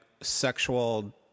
sexual